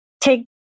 Take